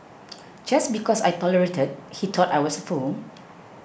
just because I tolerated he thought I was a fool